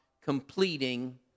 completing